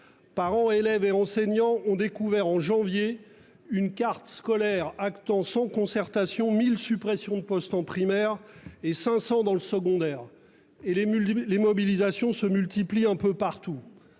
Parents, élèves et enseignants ont découvert en janvier dernier une carte scolaire actant sans concertation 1 000 suppressions de postes en primaire et 500 dans le secondaire. Les mobilisations se multiplient un peu partout.